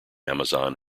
amazon